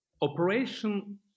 operation